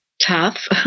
tough